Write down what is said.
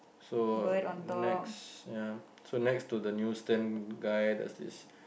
so next ya so next to the news stand guy there's this